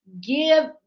give